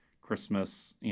Christmas